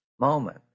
moment